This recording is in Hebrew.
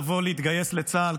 לבוא להתגייס לצה"ל,